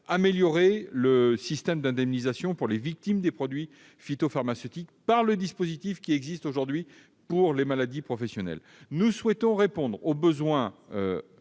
améliorer le système d'indemnisation pour les victimes des produits phytopharmaceutiques par le dispositif qui existe aujourd'hui pour les maladies professionnelles. Par ailleurs, nous souhaitons répondre aux besoins